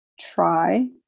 try